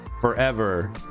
forever